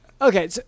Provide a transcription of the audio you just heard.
Okay